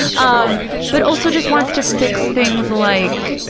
um but also just wants to fix things, like,